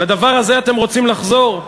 לדבר הזה אתם רוצים לחזור?